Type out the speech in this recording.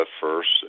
first